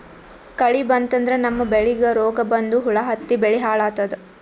ಕಳಿ ಬಂತಂದ್ರ ನಮ್ಮ್ ಬೆಳಿಗ್ ರೋಗ್ ಬಂದು ಹುಳಾ ಹತ್ತಿ ಬೆಳಿ ಹಾಳಾತದ್